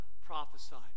prophesied